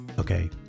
Okay